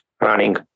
running